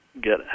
get